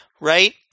Right